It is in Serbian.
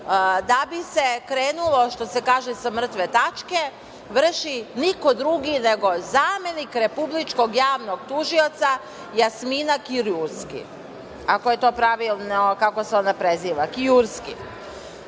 da bi se krenulo, što se kaže, sa mrtve tačke, vrši niko drugi nego zamenik Republičkog javnog tužioca Jasmina Kiurski, ako je to pravilno kako se ona preziva, Kiurski. Zagorke